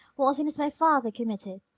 what sin has my father committed?